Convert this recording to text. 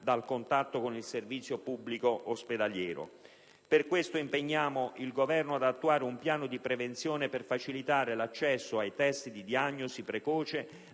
dal contatto con il servizio pubblico ospedaliero. Per questo impegniamo il Governo ad attuare un piano di prevenzione per facilitare l'accesso al *test* di diagnosi precoce